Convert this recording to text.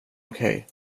okej